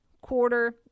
quarter